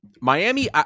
Miami